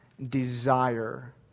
desire